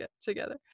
together